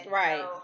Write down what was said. right